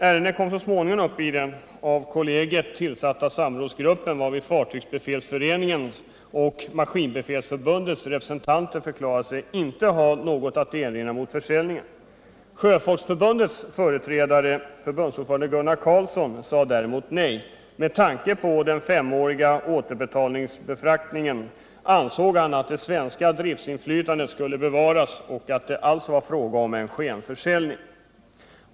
Ärendet kom småningom upp i den av kollegiet tillsatta samrådsgruppen, varvid Fartygsbefälsföreningens och Maskinbefälsförbundets representanter förklarade sig inte ha något att erinra mot försäljningen. Sjöfolksförbundets företrädare, förbundsordförande Gunnar Karlsson, sa däremot nej. Med tanke på den femåriga återbefraktningen ansåg han att det svenska driftsinflytandet skulle bevaras och att det alltså var fråga om en skenförsäljning.